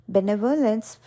Benevolence